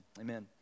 amen